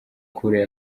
kure